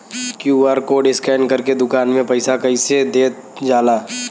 QR code scan करके दुकान में पईसा कइसे देल जाला?